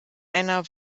einer